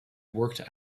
worked